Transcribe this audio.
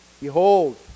Behold